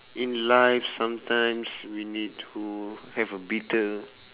in life sometimes we need to have a battle